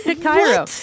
Cairo